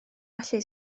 felly